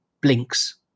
blinks